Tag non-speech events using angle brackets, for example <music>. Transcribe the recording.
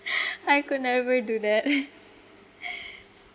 <laughs> I could never do that <laughs>